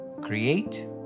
create